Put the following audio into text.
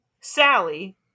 Sally